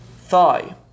thigh